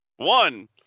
One